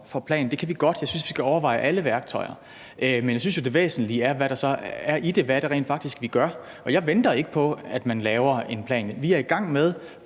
for plan kan vi godt; jeg synes, vi skal overveje alle værktøjer. Men jeg synes jo, det væsentlige er, hvad der så er i det, og hvad det rent faktisk er, vi gør. Og jeg venter ikke på, at man laver en plan. Vi er i gang med,